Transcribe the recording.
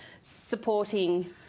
supporting